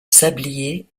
sablier